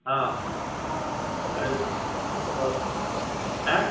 ହଁ ଗାଡ଼ି ଆଁ